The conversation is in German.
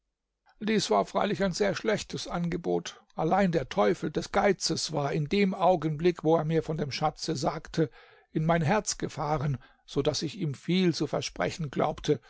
dies war freilich ein sehr schlechtes angebot allein der teufel des geizes war in dem augenblick wo er mir von dem schatze sagte in mein herz gefahren so daß ich ihm viel zu versprechen glaubte